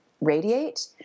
radiate